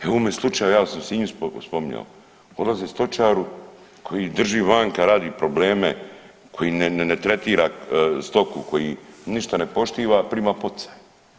E u ovome slučaju ja sam u Sinju spominjao, odlaze stočaru koji drži vanka, radi probleme, koji ne tretira stoku, koji ništa ne poštiva, a prima poticaje.